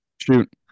Shoot